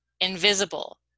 invisible